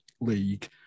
league